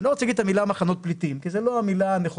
אני לא רוצה להגיד את המילה מחנות פליטים כי זה לא המילה הנכונה,